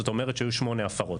זאת אומרת שהיו שמונה הפרות.